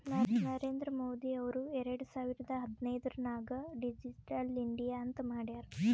ನರೇಂದ್ರ ಮೋದಿ ಅವ್ರು ಎರಡು ಸಾವಿರದ ಹದಿನೈದುರ್ನಾಗ್ ಡಿಜಿಟಲ್ ಇಂಡಿಯಾ ಅಂತ್ ಮಾಡ್ಯಾರ್